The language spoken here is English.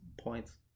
points